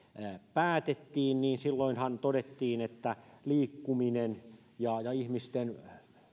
päätettiin silloinhan todettiin että liikkuminen ja ja ihmisten